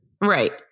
Right